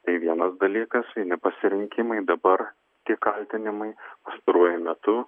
tai vienas dalykas vieni pasirinkimai dabar tie kaltinimai pastaruoju metu